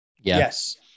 Yes